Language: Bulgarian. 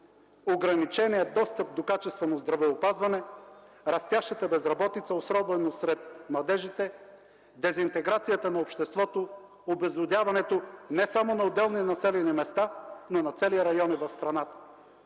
ограничения достъп до качествено здравеопазване, растящата безработица, особено сред младежите, дезинтеграцията на обществото, обезлюдяването не само на отделни населени места, но на цели райони в страната.